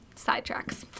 sidetracks